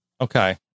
okay